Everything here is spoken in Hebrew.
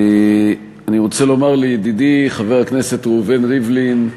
אני רוצה לומר לידידי חבר הכנסת ראובן ריבלין,